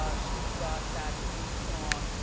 ah she's got that huge song,